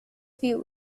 view